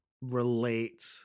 relate